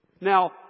Now